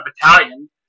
battalion